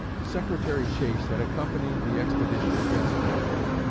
secretary chase had accompanied the expedition against norfolk,